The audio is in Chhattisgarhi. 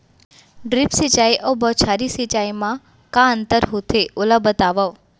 ड्रिप सिंचाई अऊ बौछारी सिंचाई मा का अंतर होथे, ओला बतावव?